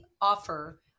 offer